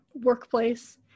workplace